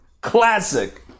Classic